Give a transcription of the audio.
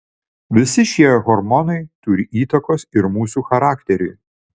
visi šie hormonai turi įtakos ir mūsų charakteriui